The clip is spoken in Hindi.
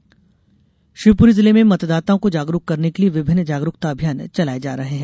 मतदाता जागरूकता शिवपुरी जिले में मतदाताओं को जागरूक करने के लिए विभिन्न जागरूकता अभियान चलाये जा रहे हैं